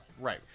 Right